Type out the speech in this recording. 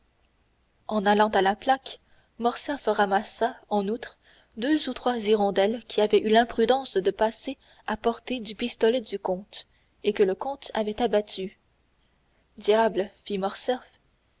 en allant à la plaque morcerf ramassa en outre deux ou trois hirondelles qui avaient eu l'imprudence de passer à portée du pistolet du comte et que le comte avait abattues diable fit